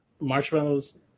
Marshmallows